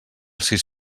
sis